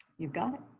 you got it.